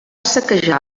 saquejar